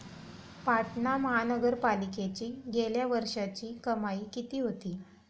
पाटणा महानगरपालिकेची गेल्या वर्षीची कमाई किती होती?